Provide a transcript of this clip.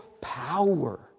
power